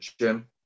jim